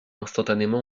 instantanément